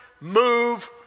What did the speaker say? Move